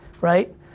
right